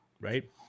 right